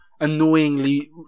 Annoyingly